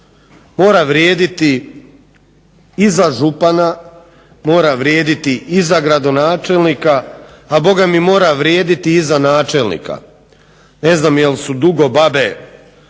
mora vrijediti i za župana, mora vrijediti i za gradonačelnika, a bogami mora vrijediti i za načelnika. Ne znam jel' su Dugobabe